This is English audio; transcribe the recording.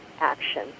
action